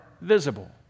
visible